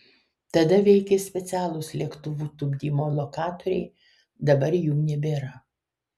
tada veikė specialūs lėktuvų tupdymo lokatoriai dabar jų nebėra